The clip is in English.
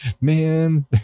man